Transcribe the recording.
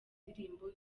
indirimbo